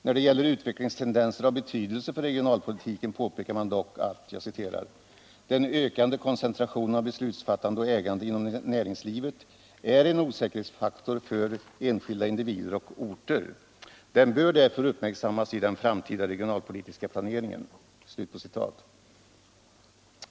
När det gäller utvecklingstendenser av betydelse för regionalpolitiken påpekar man dock att den ökande koncentrationen av beslutsfattande och ägande inom näringslivet är en osäkerhetsfaktor för enskilda individer och orter. Den bör därför uppmärksammas i den framtida regionalpolitiska planeringen, heter det vidare.